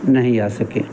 नहीं जा सके